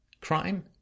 crime